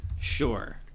Sure